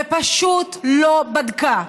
ופשוט לא בדקה.